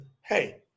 hey